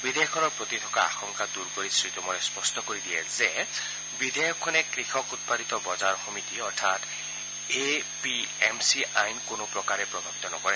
বিধেয়কখনৰ প্ৰতি থকা আশংকা দূৰ কৰি শ্ৰীটৌমৰে স্পষ্ট কৰি দিয়ে যে বিধেয়কখনে কৃষক উৎপাদিত বজাৰ সমিতিত অৰ্থাৎ এ পি এম চিআইনৰ কোনো প্ৰকাৰে প্ৰভাৱিত নকৰে